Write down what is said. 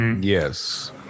Yes